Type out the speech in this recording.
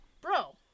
bro